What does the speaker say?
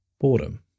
boredom